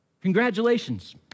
Congratulations